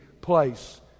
place